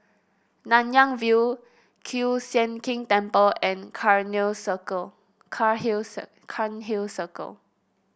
Nanyang View Kiew Sian King Temple and Cairnhill Circle